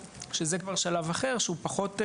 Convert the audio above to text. שזה כבר שלב אחר שהוא פחות,